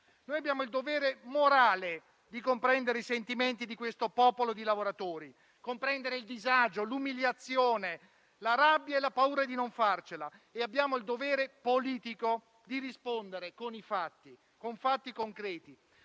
Abbiamo il dovere morale di comprendere i sentimenti di questo popolo di lavoratori: il disagio, l'umiliazione, la rabbia e la paura di non farcela. Abbiamo il dovere politico di rispondere con fatti concreti.